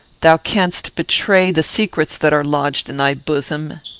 thou canst betray the secrets that are lodged in thy bosom,